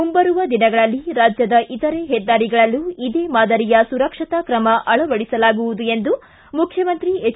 ಮುಂಬರುವ ದಿನಗಳಲ್ಲಿ ರಾಜ್ಯದ ಇತರೆ ಹೆದ್ದಾರಿಗಳಲ್ಲೂ ಇದೇ ಮಾದರಿಯ ಸುರಕ್ಷತಾ ಕ್ರಮ ಅಳವಡಿಸಲಾಗುವುದು ಎಂದು ಮುಖ್ಯಮಂತ್ರಿ ಹೆಚ್